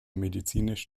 medizinisch